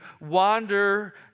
wander